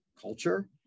culture